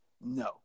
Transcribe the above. No